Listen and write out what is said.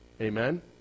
Amen